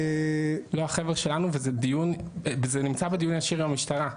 לא החבר'ה שלנו, וזה נמצא בדיון ישיר עם המשטרה.